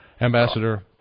Ambassador